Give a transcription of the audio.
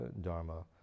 dharma